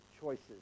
choices